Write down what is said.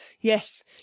Yes